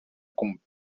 con